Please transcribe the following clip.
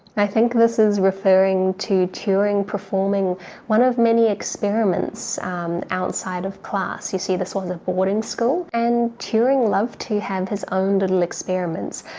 i think this is referring to turing performing one of many experiments outside of class. you see this was a boarding school and turing loved to have his own little experiments.